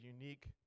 unique